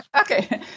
Okay